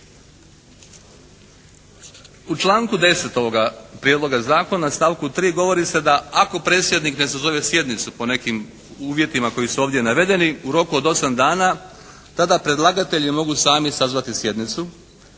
U članku 10. ovoga Prijedloga zakona, stavku 3. govori se da ako predsjednik ne sazove sjednicu po nekim uvjetima koji su ovdje navedeni u roku od 8 dana tada predlagatelji mogu sami sazvati sjednicu.